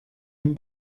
den